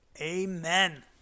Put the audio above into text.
Amen